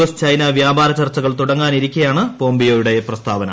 S China വ്യാപാര ചർച്ചകൾ തുടങ്ങാനിരിക്കെയാണ് പോംപിയോയുടെ പ്രസ്താവന